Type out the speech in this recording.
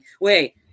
wait